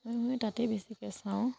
মই মই তাতেই বেছিকৈ চাওঁ